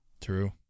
True